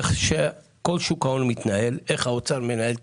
לא שמעתי שרשות שוק ההון מאשרת את זה.